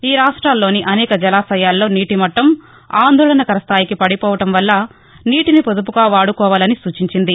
ఈ రాష్ట్రాల్లోని అనేక జలాశయాల్లో నీటిమట్లం ఆందోళనకర స్థాయికి పడిపోవడం వల్ల నీటిని పొదుపుగా వాడుకోవాలని సూచించింది